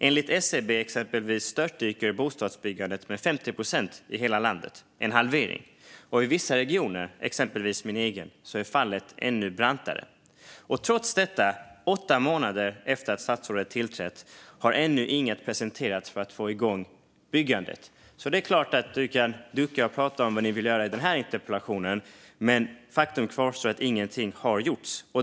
Enligt exempelvis SCB störtdyker bostadsbyggandet med 50 procent i hela landet - en halvering. Och i vissa regioner, exempelvis min egen, är fallet ännu brantare. Trots detta - åtta månader efter att statsrådet tillträdde - har ingenting ännu presenterats för att få igång byggandet. Det är klart att statsrådet i denna interpellation kan ducka och prata om vad ni vill göra. Men faktum kvarstår att ingenting har gjorts.